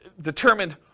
determined